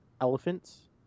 elephants